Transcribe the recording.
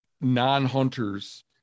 non-hunters